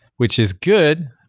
which is good,